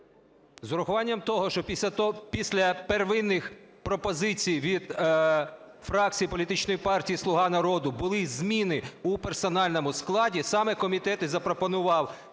З врахуванням того, що після первинних пропозицій від фракції політичної партії "Слуга народу" були зміни у персональному складі, саме комітет і запропонував